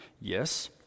Yes